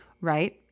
right